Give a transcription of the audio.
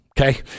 Okay